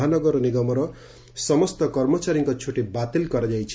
ମହାନଗର ନିଗମର ସମସ୍ତ କର୍ମଚାରୀଙ୍କ ଛୁଟି ବାତିଲ କରାଯାଇଛି